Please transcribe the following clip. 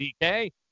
DK